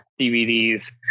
dvds